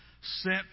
sent